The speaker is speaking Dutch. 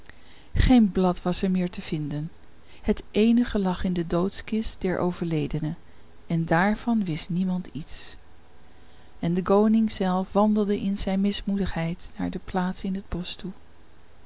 geen blad was er meer te vinden het eenige lag in de doodkist der overledene en daarvan wist niemand iets en de koning zelf wandelde in zijn mismoedigheid naar de plaats in het bosch toe